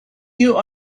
you